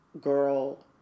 girl